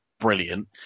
brilliant